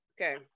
okay